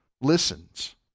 listens